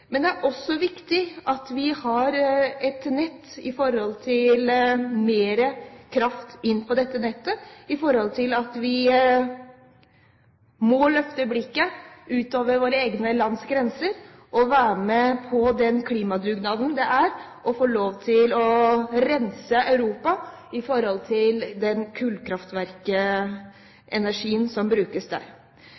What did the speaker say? Men det er også viktig at vi har et nett å få mer kraft inn på. Og vi må løfte blikket ut over vårt lands grenser og være med på den klimadugnaden det er å rense Europa for den kullkraftverkenergien som brukes der. Så er jeg sikker på at hele denne salen er enig i